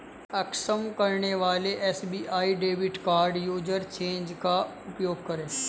अक्षम करने वाले SBI debit card usage change का उपयोग करें